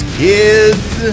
kids